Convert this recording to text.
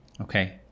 okay